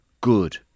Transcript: Good